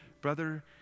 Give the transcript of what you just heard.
Brother